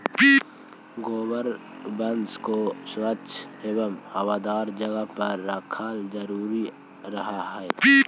गोवंश को स्वच्छ एवं हवादार जगह पर रखना जरूरी रहअ हई